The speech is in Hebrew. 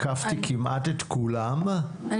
צהרים טובים לכולם, ברוכים הבאים, תודה רבה שבאתם.